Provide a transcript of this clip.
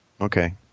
Okay